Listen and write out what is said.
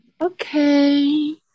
okay